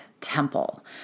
temple